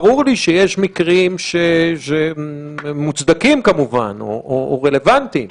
ברור לי שיש מקרים מוצדקים כמובן או רלוונטיים,